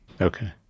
Okay